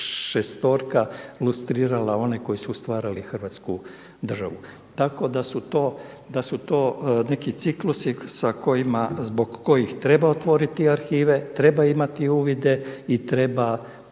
šestorka lustrirala one koji su stvarali Hrvatsku državu. Tako da su to neki ciklusi zbog kojih treba otvoriti arhive, treba imati uvide i treba